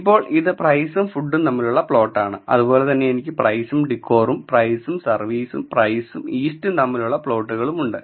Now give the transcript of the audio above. ഇപ്പോൾ ഇത് പ്രൈസും ഫുഡും തമ്മിലുള്ള പ്ലോട്ടാണ് അതുപോലെ തന്നെ എനിക്ക് പ്രൈസും ഡികോറും പ്രൈസും സർവീസും പ്രൈസും ഈസ്റ്റും തമ്മിലുള്ള പ്ലോട്ടുകളും ഉണ്ട്